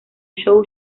show